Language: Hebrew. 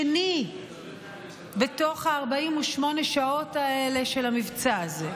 שני בתוך 48 השעות האלה של המבצע הזה.